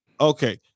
Okay